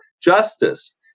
justice